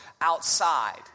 outside